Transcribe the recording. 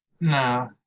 No